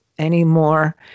anymore